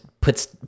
Puts